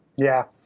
yeah,